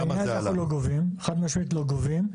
חד משמעית לא גובים.